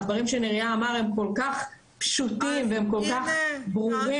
הדברים שנריה אמר הם כל כך פשוטים והם כל כך ברורים.